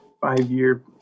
five-year